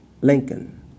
Lincoln